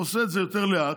ועושה את זה יותר לאט,